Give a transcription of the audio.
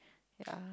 yeah